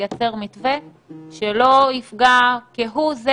אפשר לייצר מתווה שלא יפגע כהוא זה